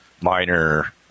minor